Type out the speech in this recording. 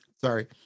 Sorry